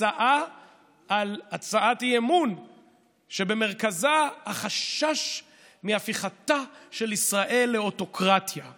הצעת אי-אמון שבמרכזה החשש מהפיכתה של ישראל לאוטוקרטיה לא החשש.